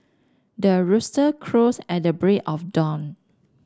the rooster crows at the break of dawn